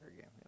game